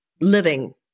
living